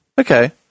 Okay